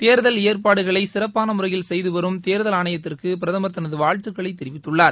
தேர்தல் ஏற்பாடுகளை சிறப்பான முறையில் செய்துவரும் தேர்தல் ஆணையத்திற்கு பிரதமர் தனது வாழ்த்துகளை தெரிவித்துள்ளார்